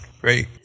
great